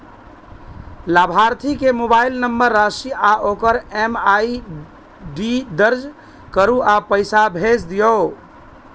लाभार्थी के mobile number, राशि आ ओकर एम.एम.आई.डी दर्ज करू आ पैसा भेज दियौ